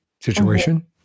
situation